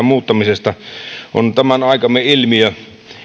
muuttamisesta on tämän aikamme ilmiö